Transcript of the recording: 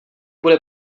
bude